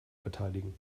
beteiligen